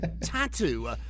Tattoo